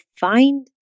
find